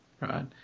right